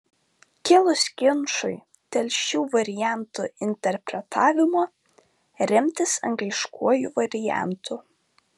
kilus ginčui dėl šių variantų interpretavimo remtis angliškuoju variantu